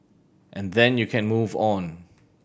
and then you can move on